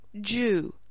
Jew